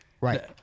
Right